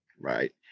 Right